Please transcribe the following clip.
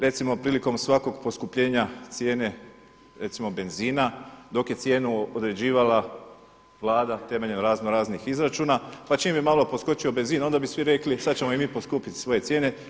Recimo prilikom svakog poskupljenja cijene recimo benzina dok je cijenu određivala Vlada temeljem razno raznih izračuna, pa čim je malo poskočio benzin onda bi svi rekli sad ćemo i mi poskupiti svoje cijene.